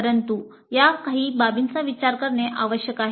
परंतु या काही बाबींचा विचार करणे आवश्यक आहे